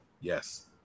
Yes